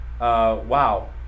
Wow